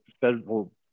federal